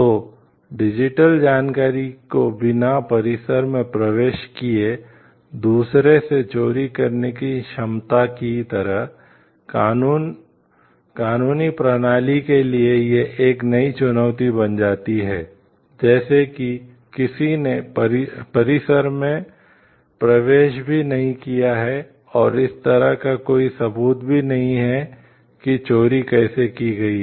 तो डिजिटल जानकारी को बिनापरिसर में प्रवेश किए दूर से चोरी करने की क्षमता की तरह कानूनी प्रणाली के लिए ये एक नई चुनौती बन जाती है जैसे कि किसी ने परिसर में प्रवेश भी नहीं किया है और इस तरह का कोई सबूत भी नहीं है कि चोरी कैसे की गई है